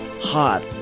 hot